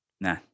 Nah